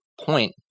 point